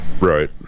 Right